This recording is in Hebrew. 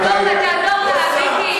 תעזור לה, תעזור לה, מיקי.